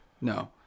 No